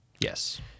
yes